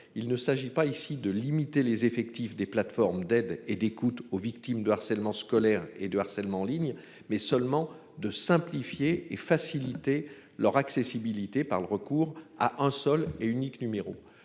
Il ne s'agit pas ici de limiter les effectifs des plateformes d'aide et d'écoute aux victime de harcèlement scolaire et de harcèlement en ligne, mais seulement de simplifier et faciliter leur accessibilité par le recours à un seul et unique numéro,